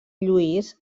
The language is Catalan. lluís